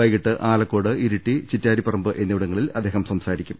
വൈകീട്ട് ആലക്കോട് ഇരിട്ടി ചിറ്റാ രിപ്പറമ്പ് എന്നിവിടങ്ങളിൽ അദ്ദേഹം സംസാരിക്കും